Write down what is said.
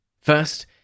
First